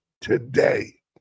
today